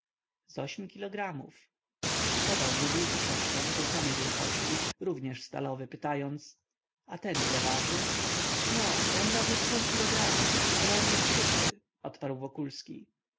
z ośm kilogramów podał mu drugi sześcian tej samej wielkości również stalowy pytając a ten ile waży no ten waży z pół kilograma ale on jest pusty odparł wokulski